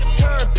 turn